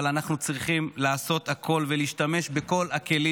אבל אנחנו צריכים לעשות הכול ולהשתמש בכל הכלים